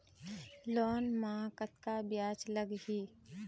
Loan म कतका ब्याज लगही?